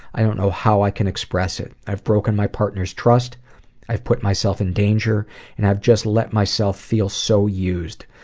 i don't know how i can express it. i've broken my partner's trust i've put myself in danger and i've just let myself feel so used.